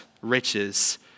riches